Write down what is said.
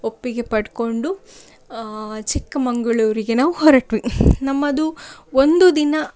ಒಪ್ಪಿಗೆ ಪಡ್ಕೊಂಡು ಚಿಕ್ಕಮಗಳೂರಿಗೆ ನಾವು ಹೊರಟ್ವಿ ನಮ್ಮದು ಒಂದು ದಿನ